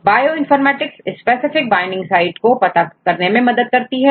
bioinformatics specific binding site को पता करने में मदद करती है